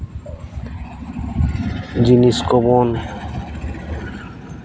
ᱡᱤᱱᱤᱥ ᱠᱚ ᱵᱚᱱ